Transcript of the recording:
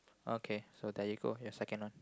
okay so there you go your second one